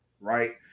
right